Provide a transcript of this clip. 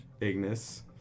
Ignis